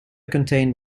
contained